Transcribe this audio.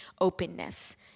openness